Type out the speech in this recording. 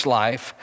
life